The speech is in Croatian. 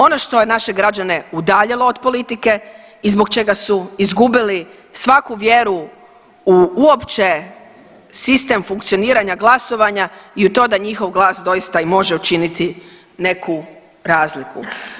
Ono što je naše građane udaljilo od politike i zbog čega su izgubili svaku vjeru u uopće sistem funkcioniranja glasovanja i u to da njihov glas dosita i može učiniti neku razliku.